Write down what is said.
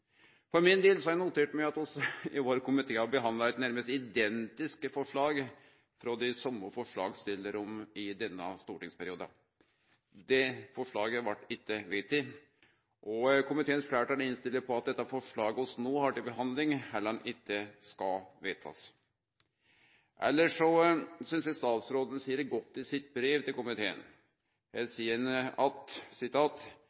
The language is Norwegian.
notert meg at vi i vår komité har behandla eit nærmast identisk forslag frå dei same forslagsstillarane i denne stortingsperioden. Det forslaget vart ikkje vedteke, og komiteens fleirtal innstiller på at forslaget vi no har til behandling, heller ikkje skal bli vedteke. Elles synest eg statsråden seier det godt i sitt brev til komiteen: